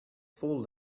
full